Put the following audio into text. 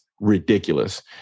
ridiculous